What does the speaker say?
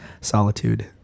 solitude